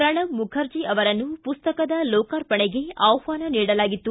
ಪ್ರಣವ್ ಮುಖರ್ಜಿ ಅವರನ್ನು ಪುಸ್ತಕದ ಲೋಕಾರ್ಪಣೆಗೆ ಆಹ್ವಾನ ನೀಡಲಾಗಿತ್ತು